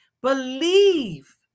believe